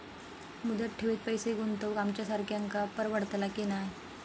मुदत ठेवीत पैसे गुंतवक आमच्यासारख्यांका परवडतला की नाय?